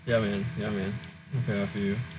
ya man ya man okay I feel you